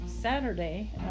Saturday